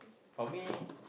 for me